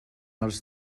els